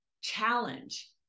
challenge